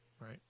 right